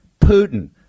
Putin